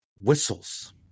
whistles